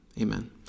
amen